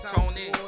Tony